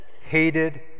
hated